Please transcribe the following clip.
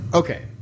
okay